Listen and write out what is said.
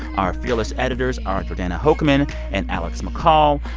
our fearless editors are jordana hochman and alex mccall.